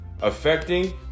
Affecting